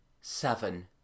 Seven